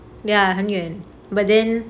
ya 很远 but then